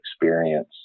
experience